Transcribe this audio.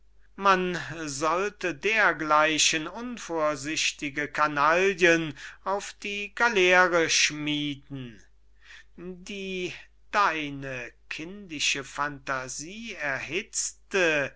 man sollte dergleichen unvorsichtige kanaillen auf die galeere schmieden die deine kindische phantasie erhitzte